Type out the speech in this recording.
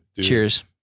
cheers